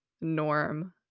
norm